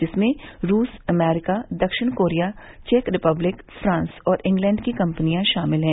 जिसमें रूस अमेरिका दक्षिण कोरिया चेक रिपब्लिक फ्रांस और इंग्लैण्ड की कम्पनियां शामिल हैं